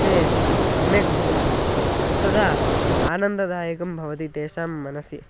ते सम्यक् भवन्ति तदा आनन्ददायकं भवति तेषां मनसि